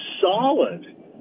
solid